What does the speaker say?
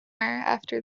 after